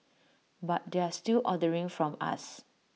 but they're still ordering from us